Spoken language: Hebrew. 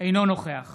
אינו נוכח